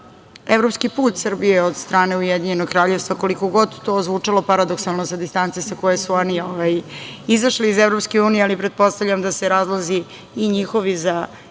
evropski put Srbije od strane Ujedinjenog Kraljevstva koliko god to zvučalo paradoksalno sa distance sa koje su oni izašli iz EU, ali pretpostavljam da se razlozi i njihovi za izlazak